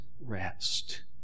rest